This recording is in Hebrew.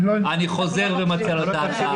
אני חוזר ומציע לו את ההצעה.